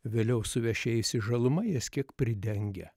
vėliau suvešėjusi žaluma jas kiek pridengia